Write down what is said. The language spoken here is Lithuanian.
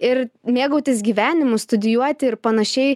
ir mėgautis gyvenimu studijuoti ir panašiai